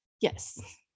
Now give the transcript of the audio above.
Yes